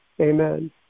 Amen